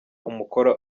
umukoro